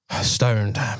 stoned